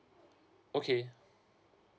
okay